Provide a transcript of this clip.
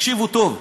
תקשיבו טוב,